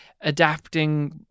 adapting